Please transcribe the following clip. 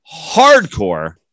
hardcore